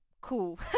cool